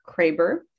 Kraber